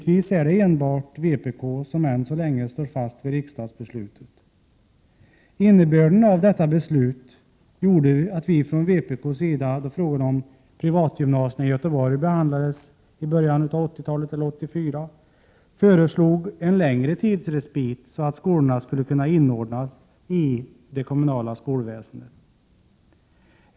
Tydligen är det enbart vpk som ännu står fast vid riksdagsbeslutet. Innebörden av detta beslut gjorde att vi från vpk:s sida, när frågan om privatgymnasierna i Göteborg behandlades år 1984, föreslog en längre respit, så att skolorna skulle kunna inordnas i det kommunala skolväsendet.